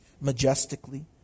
Majestically